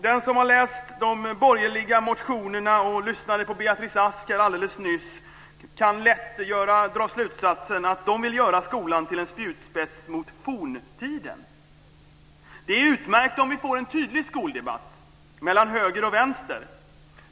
Den som har läst de borgerliga motionerna och lyssnade på Beatrice Ask alldeles nyss kan lätt dra slutsatsen att de borgerliga vill göra skolan till en spjutspets mot forntiden. Det är utmärkt om vi får en tydlig skoldebatt mellan höger och vänster.